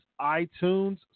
iTunes